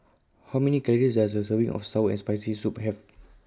How Many Calories Does A Serving of Sour and Spicy Soup Have